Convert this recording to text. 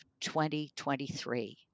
2023